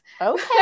okay